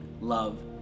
love